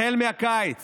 החל מהקיץ